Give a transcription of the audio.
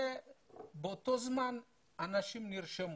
באותו זמן אנשים נרשמו.